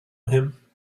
him